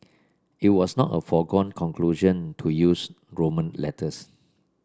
it was not a foregone conclusion to use roman letters